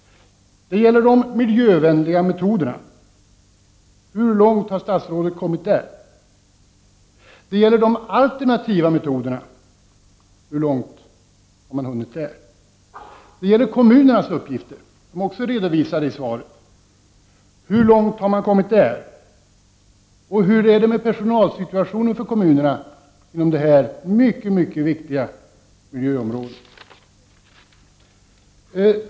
Det gäller de miljövänliga metoderna. Hur långt har statsrådet kommit när det gäller dem? Det gäller de alternativa metoderna. Hur långt har statsrådet kommit i fråga om dessa? Det gäller kommunernas uppgifter, som också redovisas i svaret. Hur långt har statsrådet kommit i detta sammanhang? Hur är det med personalsituationen för kommunerna inom detta mycket viktiga miljöområde?